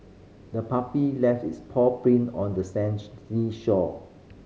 the puppy left its paw print on the shore